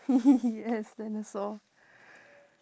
yes dinosaur